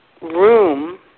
room